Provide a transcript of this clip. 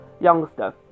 youngster